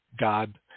God